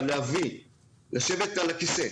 אבל לשבת על הכיסא